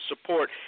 support